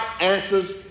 answers